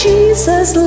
Jesus